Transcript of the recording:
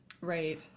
Right